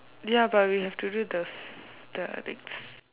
ya but we have to do the the next